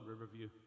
riverview